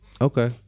okay